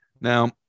Now